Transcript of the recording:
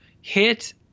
hit